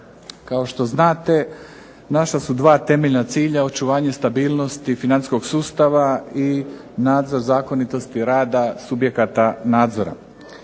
Kao što znate naša su dva temeljna cilja, očuvanje stabilnosti financijskog sustava i nadzor zakonitosti rada subjekata nadzora.